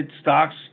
stocks